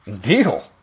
Deal